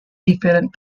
different